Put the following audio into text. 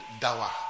Dawa